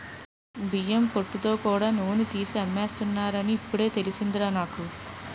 బియ్యం పొట్టుతో కూడా నూనె తీసి అమ్మేస్తున్నారని ఇప్పుడే తెలిసిందిరా నాకు